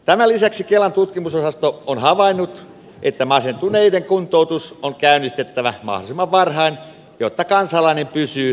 tämän lisäksi kelan tutkimusosasto on havainnut että masentuneiden kuntoutus on käynnistettävä mahdollisimman varhain jotta kansalainen pysyy työelämässä mukana